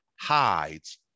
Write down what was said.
hides